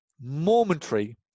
momentary